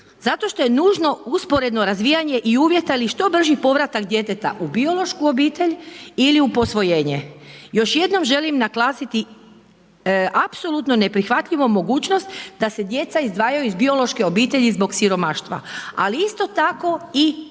Zato što je nužno usporedno razvijanje i uvjeta ali i što brži povratak djeteta u biološku obitelj ili u posvojenje. Još jednom želim naglasiti apsolutno neprihvatljivu mogućnost da se djeca izdvajaju iz biološke obitelji zbog siromaštva ali isto tako i predugo